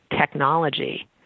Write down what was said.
technology